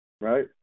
Right